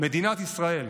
מדינת ישראל.